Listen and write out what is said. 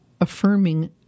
affirming